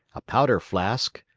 a powder-flask,